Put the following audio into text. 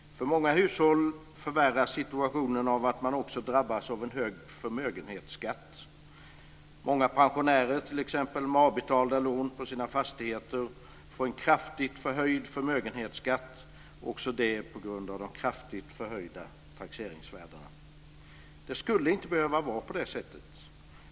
För många hushåll förvärras situationen av att man också drabbas av en hög förmögenhetsskatt. Många pensionärer med avbetalda lån på sina fastigheter får en kraftigt förhöjd förmögenhetsskatt på grund av de kraftigt förhöjda taxeringsvärdena. Det skulle inte behöva vara så.